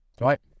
right